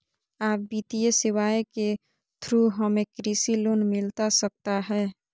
आ वित्तीय सेवाएं के थ्रू हमें कृषि लोन मिलता सकता है?